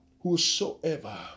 whosoever